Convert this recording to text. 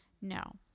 no